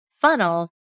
funnel